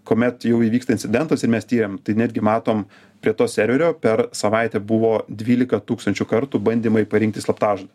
kuomet jau įvykta incidentas ir mes tiriam tai netgi matom prie to serverio per savaitę buvo dvylika tūkstančių kartų bandymai parinkti slaptažodį